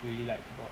really like about